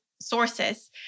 sources